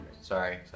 sorry